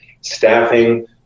staffing